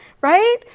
Right